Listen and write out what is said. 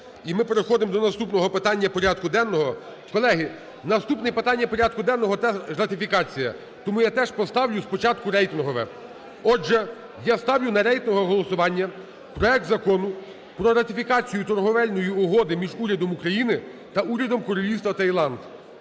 І ми переходимо до наступного питання порядку денного. Колеги, наступне питання порядку денного теж ратифікація. Тому я теж поставлю спочатку рейтингове. Отже, я ставлю на рейтингове голосування проект Закону про ратифікацію Торговельної угоди між Урядом України та Урядом Королівства Таїланд